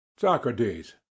Socrates